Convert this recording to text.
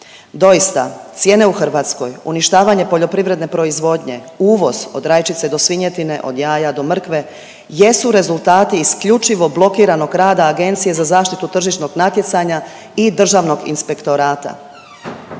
Doista cijene u Hrvatskoj, uništavanje poljoprivredne proizvodnje, uvoz od rajčice do svinjetine, od jaja do mrkve jesu rezultati isključivo blokiranog rada Agencije za zaštitu tržišnog natjecanja i Državnog inspektorata.